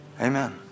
Amen